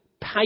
pay